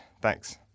Thanks